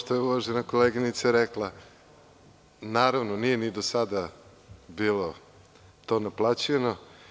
Kao što je koleginica rekla, naravno, nije ni do sada bilo to naplaćivano.